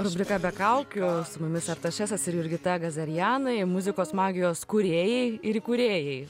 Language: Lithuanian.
rubrika be kaukių su mumis artašesas ir jurgita gazarianai muzikos magijos kūrėjai ir įkūrėjai